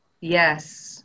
Yes